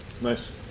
Nice